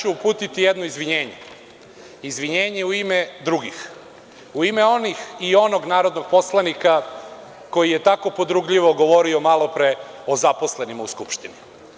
Uputiću jedno izvinjenje, izvinjenje u ime drugih, u ime onih i onog narodnog poslanika koji je tako podrugljivo govorio malo pre o zaposlenima u Skupštini.